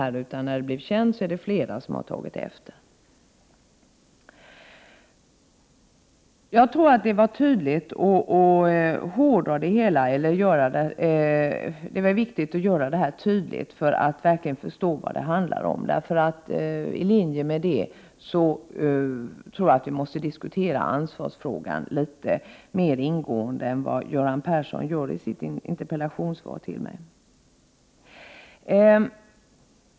När det har blivit känt, har flera tagit efter. Jag tror att det var viktigt att göra detta tydligt för att verkligen förstå vad det handlar om. I linje med detta tror jag att vi måste diskutera ansvarsfrågan litet mera ingående än vad Göran Persson gör i sitt interpellationssvar.